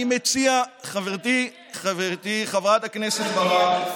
אני מציע, אתה מטעה, חברתי חברת הכנסת ברק.